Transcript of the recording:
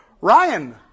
Ryan